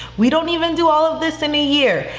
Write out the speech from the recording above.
we don't even do all of this in a year.